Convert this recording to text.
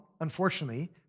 unfortunately